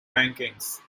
rankings